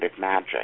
magic